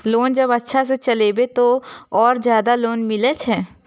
Loan जब अच्छा से चलेबे तो और ज्यादा लोन मिले छै?